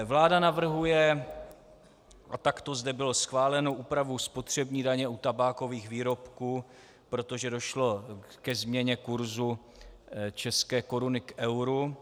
Vláda navrhuje a tak to zde bylo schváleno úpravu spotřební daně u tabákových výrobků, protože došlo ke změně kurzu české koruny k euru.